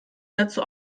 dazu